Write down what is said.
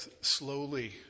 slowly